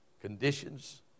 conditions